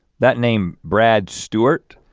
that name brad stewart,